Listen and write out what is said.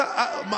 זה לא גזל.